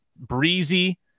breezy